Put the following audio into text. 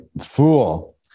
Fool